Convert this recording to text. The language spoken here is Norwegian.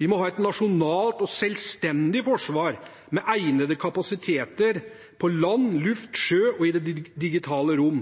Vi må ha et nasjonalt og selvstendig forsvar med egnede kapasiteter på land, i luft, på sjø og i det digitale rom.